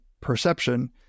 perception